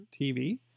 TV